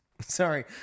Sorry